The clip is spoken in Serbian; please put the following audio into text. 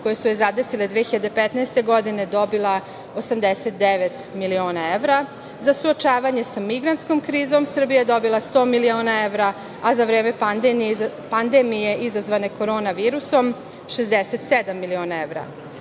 koje su je zadesile 2015. godine dobila 89 miliona evra. Za suočavanje sa migrantskom krizom, Srbija je dobila 100 miliona evra, a za vreme pandemije izazvane korona virusom 67 miliona